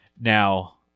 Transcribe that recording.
now